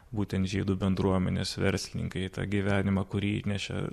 būtent žydų bendruomenės verslininkai į tą gyvenimą į kurį įnešė